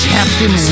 Captain